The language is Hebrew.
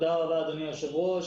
היושב ראש.